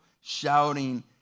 shouting